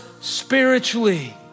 spiritually